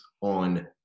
on